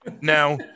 Now